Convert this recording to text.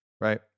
right